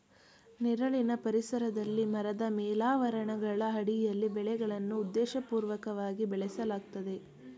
ನೆರಳಿನ ಪರಿಸರದಲ್ಲಿ ಮರದ ಮೇಲಾವರಣಗಳ ಅಡಿಯಲ್ಲಿ ಬೆಳೆಗಳನ್ನು ಉದ್ದೇಶಪೂರ್ವಕವಾಗಿ ಬೆಳೆಸಲಾಗ್ತದೆ